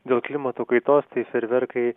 dėl klimato kaitos tai fejerverkai